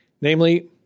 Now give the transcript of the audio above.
Namely